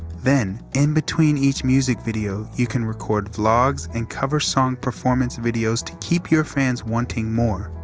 then, in between each music video, you can record vlogs and cover song performance videos to keep your fans wanting more.